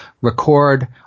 record